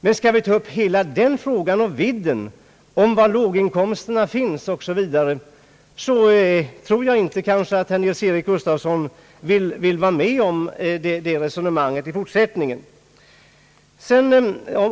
Men skall vi ta upp den frågan i hela dess vidd om var låginkomsterna finns osv., tror jag inte att herr Nils Eric Gustafsson vill vara med om det resonemanget i fortsättningen.